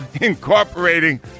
Incorporating